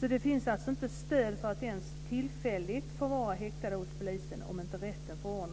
Det finns alltså inte stöd för att ens tillfälligt förvara häktade hos polisen om inte rätten förordnat